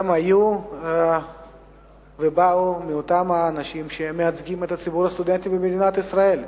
הם היו ובאו מאותם אנשים שמייצגים את ציבור הסטודנטים במדינת ישראל.